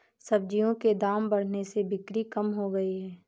सब्जियों के दाम बढ़ने से बिक्री कम हो गयी है